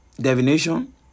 divination